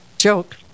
joke